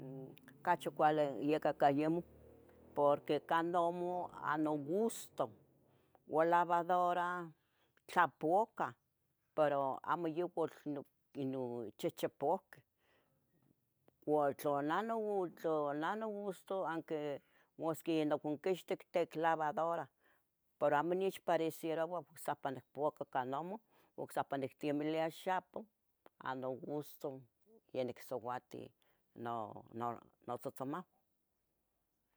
Ocachi cuali yeca cayemo, porque candomo a nogusto, ua lavadora, tlapucah pero amo yehuatl no ino chichipohqueh, ua tla neh, tla neh nogusto, aunque masqui yonoconquixtih ihtic lavadora, pero amo nechpareceroua, ohsipa nicpuaca ica noma, ocsipa nictemilia xapoh a nogusto, ya nicsouatiu no, no tzotzomahua.